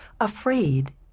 Afraid